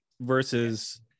versus